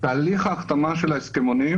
תהליך ההחתמה של ההסכמונים